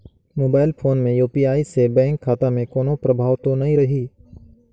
Mobile phone मे UPI से bank खाता मे कोनो प्रभाव तो नइ रही?